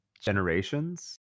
Generations